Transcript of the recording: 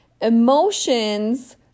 emotions